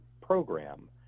program